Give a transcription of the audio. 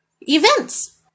events